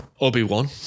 Obi-Wan